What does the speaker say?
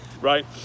right